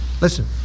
Listen